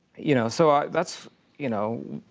you know, so that's you know,